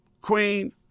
Queen